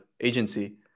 agency